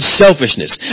selfishness